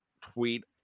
tweet